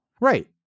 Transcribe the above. right